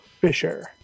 Fisher